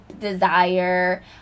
desire